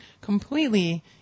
completely